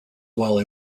while